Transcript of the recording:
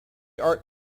art